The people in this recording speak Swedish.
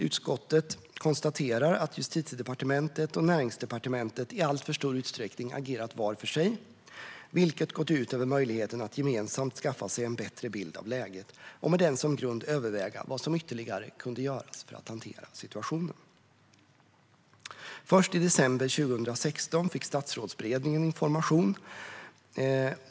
Utskottet konstaterar att Justitiedepartementet och Näringsdepartementet i alltför stor utsträckning agerat var för sig, vilket gått ut över möjligheten att gemensamt skaffa sig en bättre bild av läget och med den som grund överväga vad som ytterligare kunde göras för att hantera situationen. Först i december 2016 fick Statsrådsberedningen information.